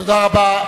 תודה רבה.